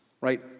right